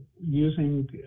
using